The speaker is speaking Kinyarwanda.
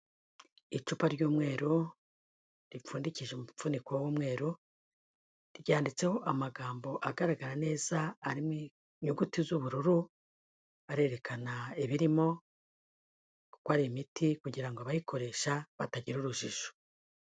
Icupa ry'umweru ripfundikije umupfuniko w'umweru, ryanditseho amagambo agaragara neza, ari mu inyuguti z'ubururu, arerekana ibirimo, ko ari imiti, kugira ngo abayikoresha batagira urujijo.